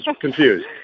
confused